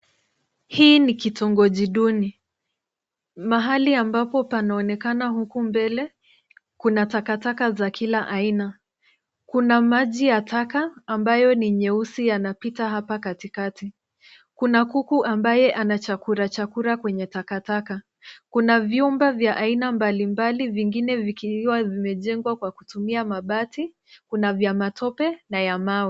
Hii ni kitongoji duni. Mahali ambapo panaonekana huku mbele kuna takataka za kila aina. Kuna maji ya taka ambayo ni nyeusi yanapita hapa katikati. Kuna kuku ambaye anachakurachakura kwenye takataka. Kuna vyumba vya aina mbalimbali vingine vikiwa vimejengwa kwa kutumia mabati. Kuna vya matope na ya mawe.